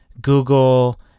Google